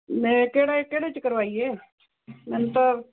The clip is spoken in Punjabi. ਮੈਂ ਕਿਹੜਾ ਏ ਕਿਹੜੇ 'ਚ ਕਰਵਾਈਏ ਮੈਨੂੰ ਤਾਂ